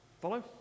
Follow